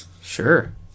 Sure